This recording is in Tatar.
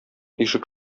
ишек